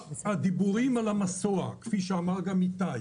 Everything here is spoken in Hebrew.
הדיבורים על המסוע, כפי שאמר גם איתי,